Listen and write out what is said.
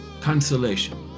consolation